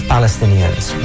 Palestinians